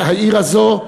העיר הזו,